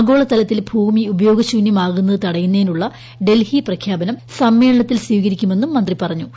ആഗോളതലത്തിൽ ഭൂമി ഉപയോഗശൂന്യമാകുന്നത് തടയുന്നതിനുള്ള ഡൽഹി പ്രഖ്യാപനം സമ്മേളനത്തിൽ സ്വീകരിക്കുമെന്നും മന്തി പറഞ്ഞു